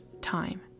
time